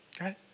okay